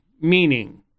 meaning